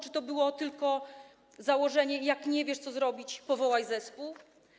Czy to było tylko założenie: jak nie wiesz, co zrobić, powołaj zespół?